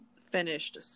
finished